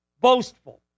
boastful